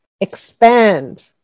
expand